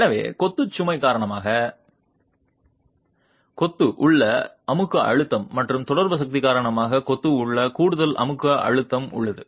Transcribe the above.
எனவே செங்குத்து சுமை காரணமாக கொத்து உள்ள அமுக்க அழுத்தம் மற்றும் தொடர்பு சக்திகள் காரணமாக கொத்து உள்ள கூடுதல் அமுக்க அழுத்தம் உள்ளது